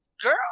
girl